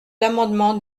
l’amendement